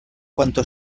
cuanto